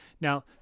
Now